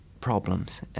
problems